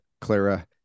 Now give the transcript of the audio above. clara